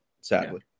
sadly